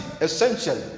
essentially